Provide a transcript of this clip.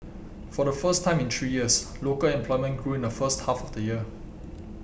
for the first time in three years local employment grew in the first half of the year